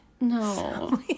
No